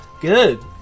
Good